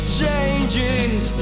changes